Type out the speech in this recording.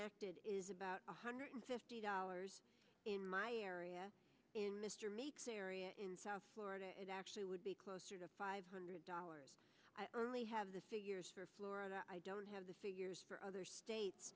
acted is about one hundred fifty dollars in my area in mr meeks area in south florida it actually would be closer to five hundred dollars i only have the figures for florida i don't have the figures for other states